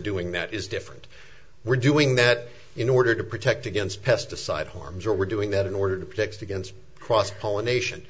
doing that is different we're doing that in order to protect against pesticide harms or we're doing that in order to protect against cross pollination